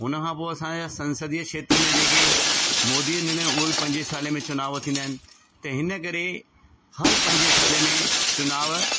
हुनखां पोइ असांजा संसदीय खेत्र में जेके मोदी निर्णय उहा बि पंज साल में चुनाव थींदा आहिनि त हिन करे हर पंज साल में चुनाव